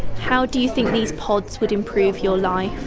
how do you think these pods would improve your life?